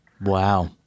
Wow